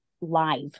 live